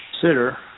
consider